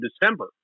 December